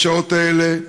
בשעות האלה,